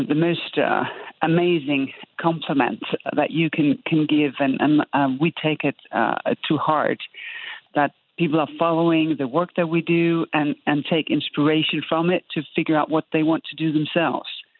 the most amazing compliment that you can can give, and and um we take it ah to heart that people are following the work that we do and and take inspiration from it to figure out what they want to do themselves,